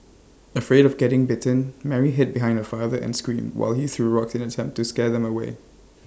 afraid of getting bitten Mary hid behind her father and screamed while he threw rocks in an attempt to scare them away